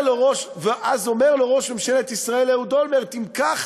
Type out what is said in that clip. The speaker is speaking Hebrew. אז אומר לו ראש ממשלת ישראל אהוד אולמרט: אם כך,